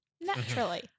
Naturally